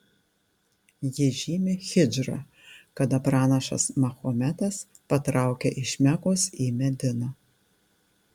ji žymi hidžrą kada pranašas mahometas patraukė iš mekos į mediną